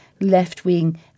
left-wing